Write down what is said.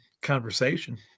conversation